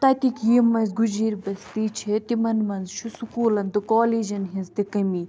تَتِکۍ یِم اسہِ گُجر بستی چھِ تِمَن منٛز چھُ سکوٗلَن تہٕ کالیجَن ہنٛز تہِ کٔمی